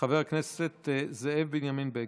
חבר הכנסת זאב בנימין בגין.